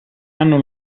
hanno